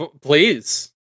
please